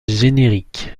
génériques